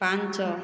ପାଞ୍ଚ